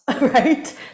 Right